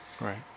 Right